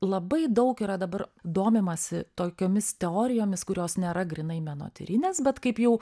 labai daug yra dabar domimasi tokiomis teorijomis kurios nėra grynai menotyrinės bet kaip jau